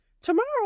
Tomorrow